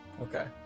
Okay